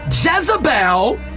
Jezebel